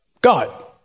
god